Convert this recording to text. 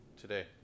today